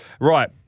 Right